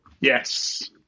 yes